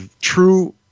true